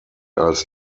als